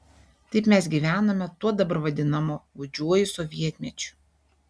taip mes gyvenome tuo dabar vadinamu gūdžiuoju sovietmečiu